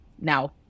Now